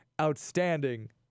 outstanding